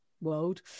world